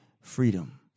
freedom